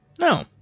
no